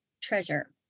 treasure